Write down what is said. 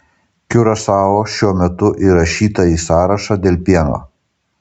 kiurasao šiuo metu įrašyta į sąrašą dėl pieno